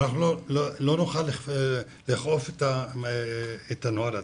אנחנו לא נוכל לאכוף את הנוהל עצמו.